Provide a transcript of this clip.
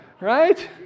Right